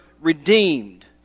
redeemed